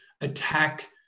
attack